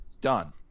Done